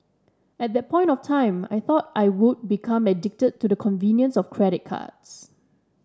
at that point of time I thought I would become addicted to the convenience of credit cards